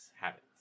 Habits